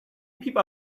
people